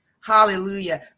Hallelujah